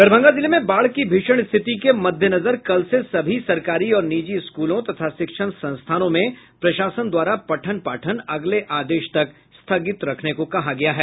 दरभंगा जिले में बाढ़ की भीषण स्थिति के मद्देनजर कल से सभी सरकारी और निजी स्कूलों तथा शिक्षण संस्थानों में प्रशासन द्वारा पठन पाठन अगले आदेश तक स्थगित रखने को कहा गया है